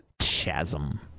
Chasm